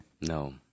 No